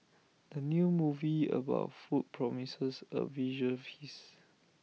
the new movie about food promises A visual feast